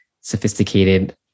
sophisticated